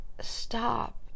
stop